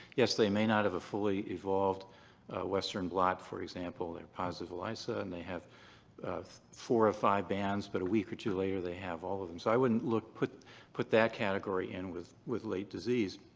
yes, they may not have a fully evolved western blot for example. they're positive elisa and they have four or five bands, but a week or two later they have all of them. so i wouldn't look. put put that category in with with late disease.